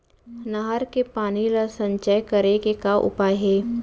नहर के पानी ला संचय करे के का उपाय हे?